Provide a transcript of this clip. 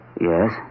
Yes